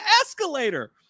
escalator